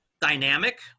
dynamic